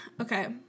okay